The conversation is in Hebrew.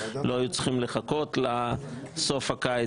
לא היו צריכים לחכות לסוף הקיץ.